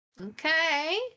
Okay